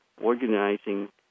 organizing